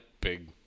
big